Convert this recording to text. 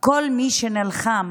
כל מי שנלחם